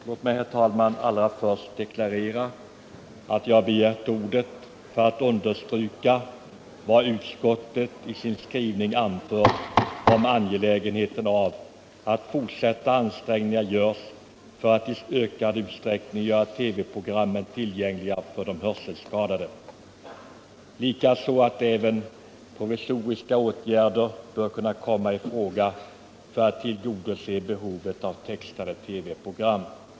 Herr talman! Låt mig allra först deklarera att jag har begärt ordet för att understryka vad utskottet i sin skrivning anfört om angelägenheten av fortsatta ansträngningar för att i ökad utsträckning göra TV-programmen tillgängliga för de hörselskadade liksom att provisoriska åtgärder bör kunna komma i fråga för att tillgodose behovet av textade TV-program.